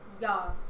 y'all